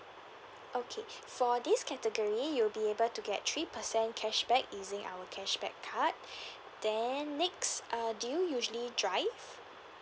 okay for this category you'll be able to get three percent cashback using our cashback card then next err do you usually drive